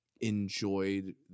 enjoyed